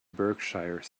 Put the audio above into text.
berkshire